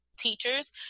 teachers